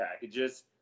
packages